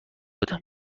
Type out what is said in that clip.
بودم